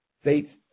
states